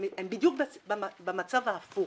הם בדיוק במצב ההפוך